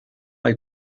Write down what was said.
hay